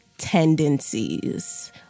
Tendencies